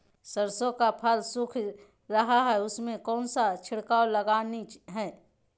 सरसो का फल सुख रहा है उसमें कौन सा छिड़काव लगानी है?